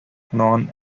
known